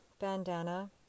Bandana